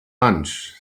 lunch